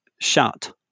shut